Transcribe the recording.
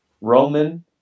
Roman